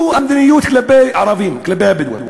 זו המדיניות כלפי הערבים, כלפי הבדואים.